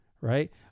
right